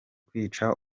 kwica